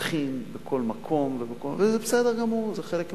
רותחין בכל מקום, וזה בסדר גמור, זה חלק מהעניין.